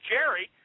Jerry